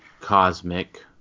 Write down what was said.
Cosmic